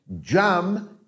Jam